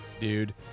dude